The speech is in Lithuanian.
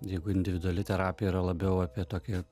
jeigu individuali terapija yra labiau apie tokį